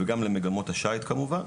וגם למגמות השיט כמובן.